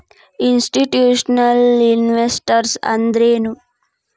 Institutional investors ಅಂದ್ರೇನು?